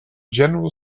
general